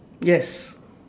yes